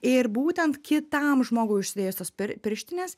ir būtent kitam žmogui užsidėjus tas pir pirštines